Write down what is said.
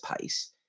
pace